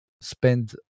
spend